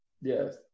yes